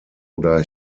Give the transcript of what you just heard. oder